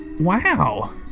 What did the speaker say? Wow